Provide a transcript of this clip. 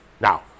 Now